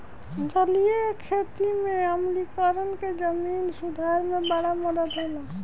जलीय खेती में आम्लीकरण के जमीन सुधार में बड़ा मदद होला